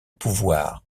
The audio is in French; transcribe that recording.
pouvoir